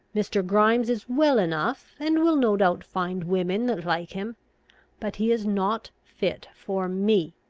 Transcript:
mr. grimes is well enough, and will no doubt find women that like him but he is not fit for me,